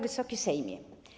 Wysoki Sejmie!